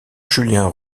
julien